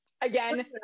again